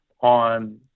on